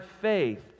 faith